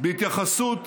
בהתייחסות